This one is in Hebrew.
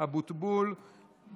אשר